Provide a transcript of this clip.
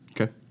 Okay